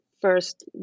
first